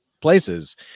places